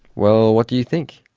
well, what do you think?